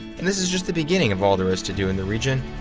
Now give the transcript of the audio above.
and this is just the beginning of all there is to do in the region.